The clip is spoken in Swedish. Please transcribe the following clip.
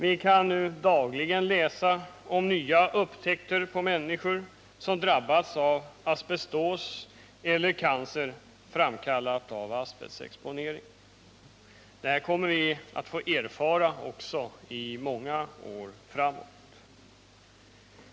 Vi kan nu dagligen läsa om hur allt fler människor drabbas av asbestos eller cancer framkallad av asbestexponering. Detta kommer vi att få erfara i många år framåt.